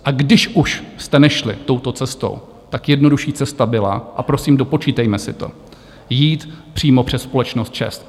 A když už jste nešli touto cestou, jednodušší cesta byla a prosím, dopočítejme si to jít přímo přes společnost ČEZ.